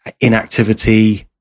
inactivity